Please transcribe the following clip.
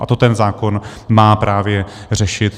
A to ten zákon má právě řešit.